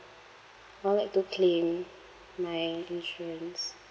I would like to claim my insurance